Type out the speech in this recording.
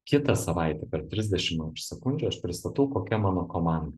kitą savaitę per trisdešim sekundžių aš pristatau kokia mano komanda